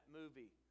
movie